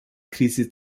krise